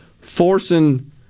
forcing